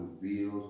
revealed